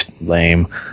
Lame